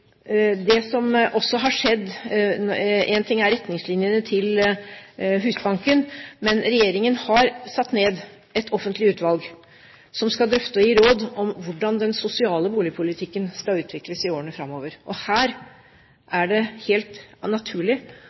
ting er retningslinjene til Husbanken, men regjeringen har satt ned et offentlig utvalg som skal drøfte og gi råd om hvordan den sosiale boligpolitikken skal utvikles i årene framover. Det er helt naturlig